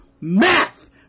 Math